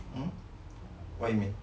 mm what you mean